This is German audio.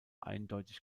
eindeutig